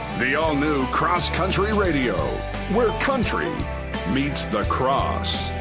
the all-new cross country radio where country meets the cross.